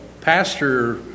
Pastor